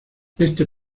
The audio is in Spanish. este